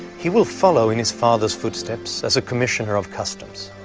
he will follow in his father's footsteps as a commissioner of customs.